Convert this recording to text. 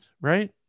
right